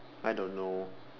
I don't know